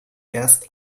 erst